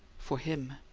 for him!